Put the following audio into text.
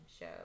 show